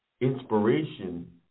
inspiration